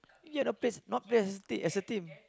ya that place not very accepting as a team